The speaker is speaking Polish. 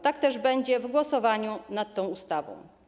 Tak też będzie w głosowaniu nad tą ustawą.